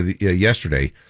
yesterday